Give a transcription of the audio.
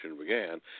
began